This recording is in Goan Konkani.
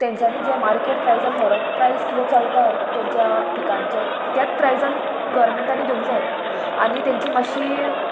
तेंच्यांनी जे मार्केट प्रायजान फरक प्रायस कितें चलता तेंच्या पिकांचो त्यात प्रायजान गोरमेंटांनी घेवंक जाय आनी तेंची मातशी